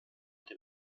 dem